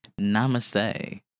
Namaste